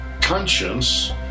conscience